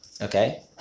okay